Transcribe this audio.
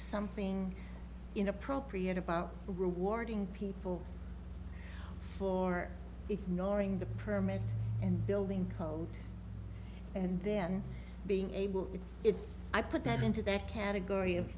something inappropriate about rewarding people for ignoring the permit and building a home and then being able if i put them into that category of